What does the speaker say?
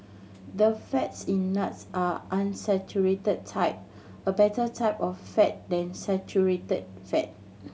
the fats in nuts are unsaturated type a better type of fat than saturated fat